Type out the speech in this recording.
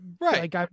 Right